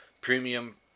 premium